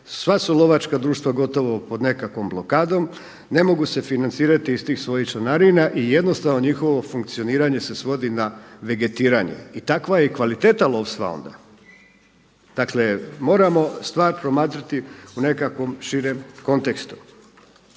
sva su lovačka društva gotovo pod nekakvom blokadom, ne mogu se financirati iz tih svojih članarina i jednostavno njihovo funkcioniranje se svodi na vegetiranje. I takva je i kvaliteta lovstva onda. Dakle moramo stvar promatrati u nekakvom širem kontekstu.